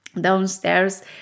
downstairs